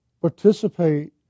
Participate